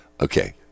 Okay